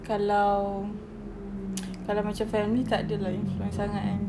kalau kalau macam family tak ada lah influence sangat kan